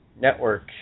Network